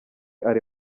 ari